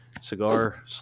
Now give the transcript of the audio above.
cigar